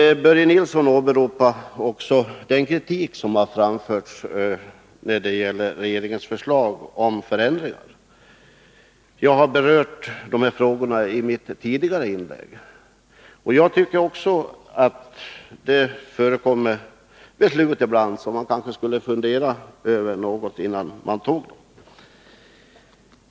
Börje Nilsson åberopade också den kritik som har framförts när det gäller regeringens förslag till förändringar. Jag berörde de här frågorna i mitt tidigare inlägg. Jag tycker också att det ibland tas beslut som man kanske borde ha funderat något mera över innan de fattades.